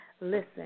Listen